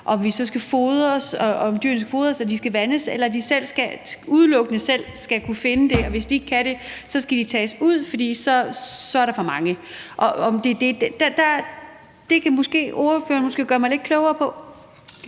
at dyrene skal fodres og vandes, eller om de udelukkende selv skal kunne finde føde, og hvis de ikke kan det, skal de tages ud, for så er der for mange. Det kan ordføreren måske gøre mig lidt klogere på.